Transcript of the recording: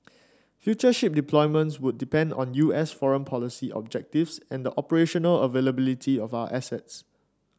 future ship deployments would depend on U S foreign policy objectives and the operational availability of our assets